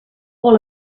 all